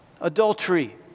Adultery —